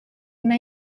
una